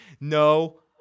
No